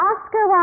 Oscar